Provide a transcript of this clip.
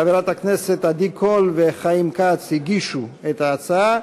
חברי הכנסת עדי קול וחיים כץ הגישו את ההצעה,